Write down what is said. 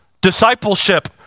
Discipleship